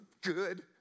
good